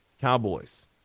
Cowboys